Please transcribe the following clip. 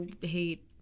hate